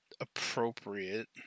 appropriate